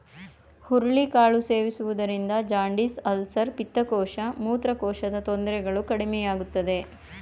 ಹುರುಳಿ ಕಾಳು ಸೇವಿಸುವುದರಿಂದ ಜಾಂಡಿಸ್, ಅಲ್ಸರ್, ಪಿತ್ತಕೋಶ, ಮೂತ್ರಕೋಶದ ತೊಂದರೆಗಳು ಕಡಿಮೆಯಾಗುತ್ತದೆ